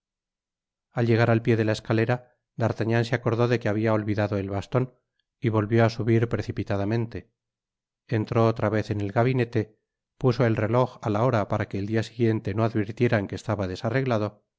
al llegar al pió de la escalera d'artagnan se acordó de que se habia olvidado el baston y volvió á subir precipitadamente entró otra vez en el gabinete puso el reloj á la hora para que el dia siguiente no advirtieras que estaba desarreglado